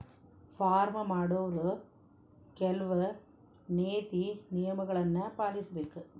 farm ಮಾಡೊವ್ರು ಕೆಲ್ವ ನೇತಿ ನಿಯಮಗಳನ್ನು ಪಾಲಿಸಬೇಕ